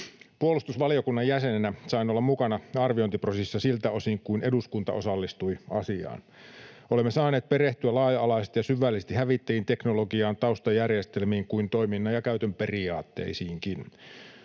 Puolustusvaliokunnan jäsenenä sain olla mukana arviointiprosessissa siltä osin kuin eduskunta osallistui asiaan. Olemme saaneet perehtyä laaja-alaisesti ja syvällisesti niin hävittäjien teknologiaan, taustajärjestelmiin kuin toiminnan ja käytön periaatteisiinkin.